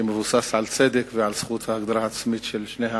שמבוסס על צדק ועל זכות ההגדרה העצמית של שני העמים,